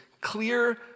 clear